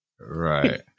Right